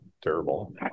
terrible